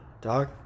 Dog